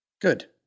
Good